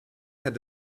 had